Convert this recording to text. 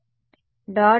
విద్యార్థి dotted line